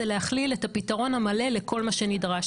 זה להכליל את הפתרון המלא לכל מה שנדרש.